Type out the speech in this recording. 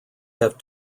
have